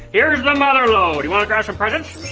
here's the mother load! you wanna grab some presents?